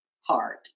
Heart